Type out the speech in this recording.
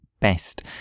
best